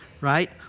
right